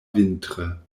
vintre